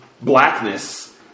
blackness